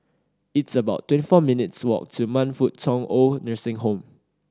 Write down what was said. it's about twenty four minutes' walk to Man Fut Tong OId Nursing Home